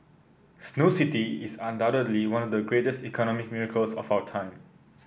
Snow City is undoubtedly one of the great economic miracles of our time